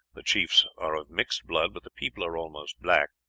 the chiefs are of mixed blood, but the people are almost black.